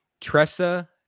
Tressa